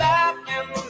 Laughing